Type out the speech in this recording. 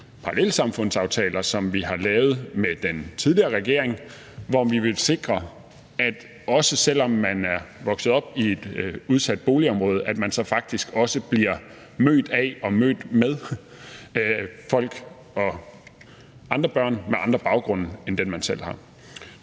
parallelsamfundsaftaler, som vi har lavet med den tidligere regering. Vi vil sikre, at man også, selv om man er vokset op i et udsat boligområde, bliver mødt af og mødes med andre folk og andre børn med andre baggrunde end dem, man selv har.